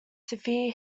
severe